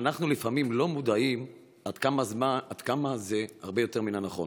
אנחנו לפעמים לא מודעים עד כמה זה הרבה יותר מנכון.